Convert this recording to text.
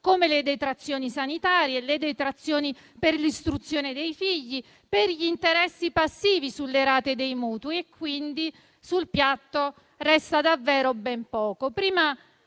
come le detrazioni sanitarie, le detrazioni per l'istruzione dei figli, per gli interessi passivi sulle rate dei mutui. Quindi, sul piatto resta davvero ben poco.